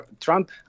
Trump